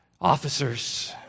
officers